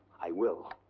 i will.